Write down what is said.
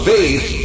Faith